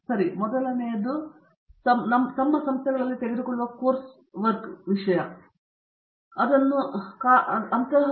ಸರಿ ಆದ್ದರಿಂದ ಮೊದಲನೆಯದನ್ನು ತಮ್ಮ ಸಂಸ್ಥೆಗಳಲ್ಲಿ ತೆಗೆದುಕೊಳ್ಳುವ ಕೋರ್ಸ್ ಕೆಲಸದ ವಿಷಯದಲ್ಲಿ ಮತ್ತು ನಂತರ ಐಐಟಿಯಲ್ಲಿ ಕರೆಯಬಹುದು